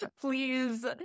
please